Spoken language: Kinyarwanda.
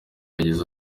yagize